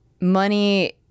money